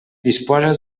disposa